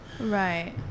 right